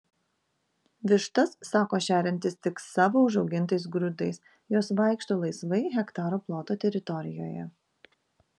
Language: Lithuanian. vištas sako šeriantis tik savo užaugintais grūdais jos vaikšto laisvai hektaro ploto teritorijoje